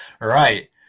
Right